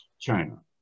China